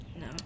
No